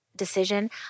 decision